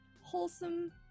wholesome